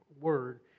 Word